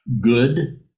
good